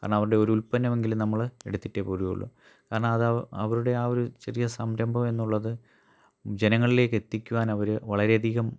കാരണം അവരുടെ ഒരു ഉല്പന്നമെങ്കിലും നമ്മൾ എടുത്തിട്ടേ പോരുകയുള്ളു കാരണം അത് അവ അവരുടെ ആ ഒരു ചെറിയ സംരഭം എന്നുള്ളത് ജനങ്ങളിലേക്ക് എത്തിക്കുവാൻ അവർ വളരെ അധികം